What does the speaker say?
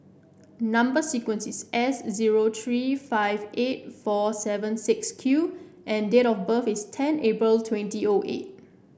number sequence is S zero three five eight four seven six Q and date of birth is ten April twenty O eight